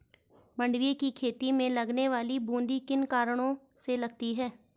मंडुवे की खेती में लगने वाली बूंदी किन कारणों से लगती है?